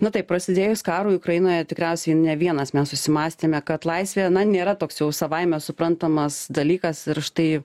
na taip prasidėjus karui ukrainoje tikriausiai ne vienas mes susimąstėme kad laisvė nėra toks jau savaime suprantamas dalykas ir štai